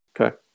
Okay